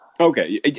Okay